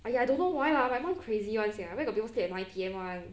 !aiya! I don't know why lah my mum crazy [one] sia where got people sleep at nine P_M [one]